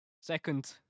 second